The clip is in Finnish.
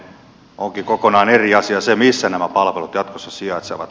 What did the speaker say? onkin kokonaan eri asia se missä nämä palvelut jatkossa sijaitsevat